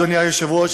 אדוני היושב-ראש,